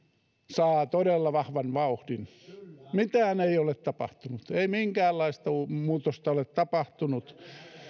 saa todella vahvan vauhdin mitään ei ole tapahtunut ei minkäänlaista muutosta ole tapahtunut